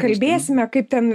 kalbėsime kaip ten